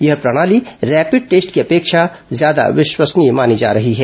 यह प्रणाली rapid test की अपेक्षाकृत ज्यादा विश्वसनीय मानी जा रही है